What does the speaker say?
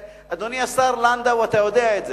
אדוני השר לנדאו, אתה יודע את זה,